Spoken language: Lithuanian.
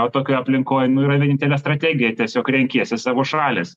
o tokioj aplinkoj nu yra vienintelė strategija tiesiog renkiesi savo šalis